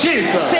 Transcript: Jesus